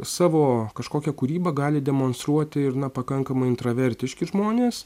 savo kažkokią kūrybą gali demonstruoti ir na pakankamai intravertiški žmonės